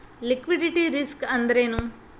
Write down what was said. Liquidity risk ಅಂದ್ರೇನು?